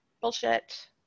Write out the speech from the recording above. Bullshit